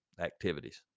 activities